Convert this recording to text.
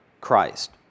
Christ